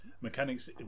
mechanics